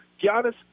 Giannis